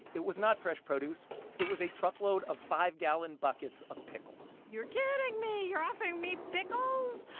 it was not fresh produce it was a truckload of five gallon buckets of pickles you're kidding me. you're offering me pickles?